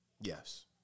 Yes